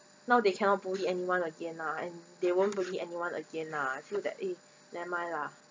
now they cannot bully anyone again lah and they wont bully anyone again lah I feel that eh never mind lah